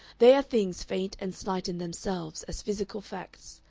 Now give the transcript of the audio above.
they are things faint and slight in themselves, as physical facts,